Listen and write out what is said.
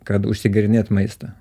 kad užgėrinėt maistą